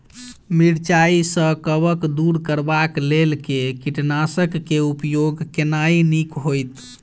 मिरचाई सँ कवक दूर करबाक लेल केँ कीटनासक केँ उपयोग केनाइ नीक होइत?